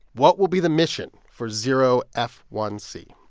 what will be the mission for zero f one c?